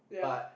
yeah